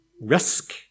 risk